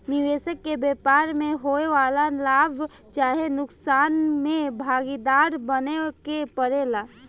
निबेसक के व्यापार में होए वाला लाभ चाहे नुकसान में भागीदार बने के परेला